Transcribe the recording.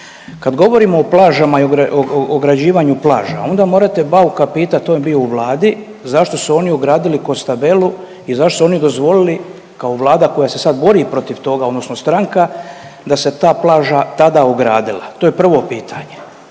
Kad govorimo o plažama i ograđivanju plaža onda morate Bauka pitat on je bio u Vladi zašto su oni ogradili Costabellu i zašto su oni dozvolili kao vlada koja se sad bori protiv toga odnosno stranka da se ta plaža tada ogradila. To je prvo pitanje.